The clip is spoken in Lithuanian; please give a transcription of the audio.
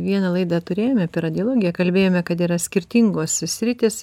vieną laidą turėjome apie radiologiją kalbėjome kad yra skirtingos sritys